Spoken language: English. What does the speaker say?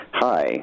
Hi